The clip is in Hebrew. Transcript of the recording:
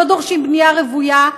לא דורשים בנייה רוויה,